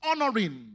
honoring